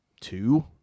two